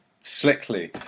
slickly